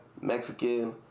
mexican